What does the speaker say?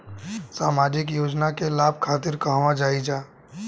सामाजिक योजना के लाभ खातिर कहवा जाई जा?